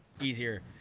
easier